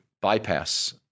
bypass